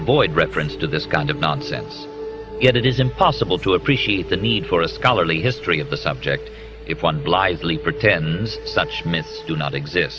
avoid reference to this kind of nonsense it is impossible to appreciate the need for a scholarly history of the subject if one blithely pretends such myth do not exist